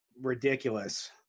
ridiculous